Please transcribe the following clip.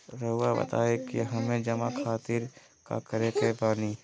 रहुआ बताइं कि हमें जमा खातिर का करे के बानी?